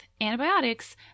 antibiotics